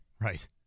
Right